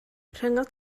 rhyngot